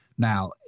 Now